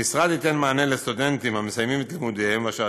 המשרד ייתן מענה לסטודנטים המסיימים את לימודיהם ואשר